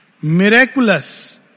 Miraculous